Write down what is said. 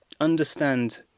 understand